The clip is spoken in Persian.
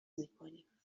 میکنیم